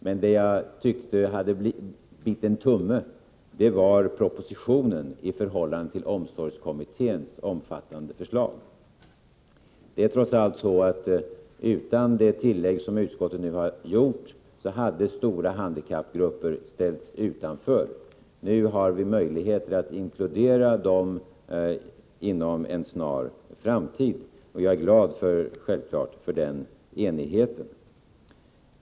Men det jag tyckte hade blivit en tumme var propositionen i förhållande till omsorgskommitténs omfattande förslag. Utan det tillägg som utskottet nu har gjort hade trots allt stora handikappgrupper ställts utanför. Nu har vi möjligheter att inkludera dem inom en snar framtid, och jag är självfallet glad över den enigheten.